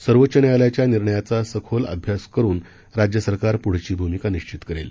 सर्वोच्च न्यायालयाच्या निर्णयाचा सखोल अभ्यास करून राज्य सरकार पुढची भूमिका निश्चित करेल